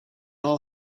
all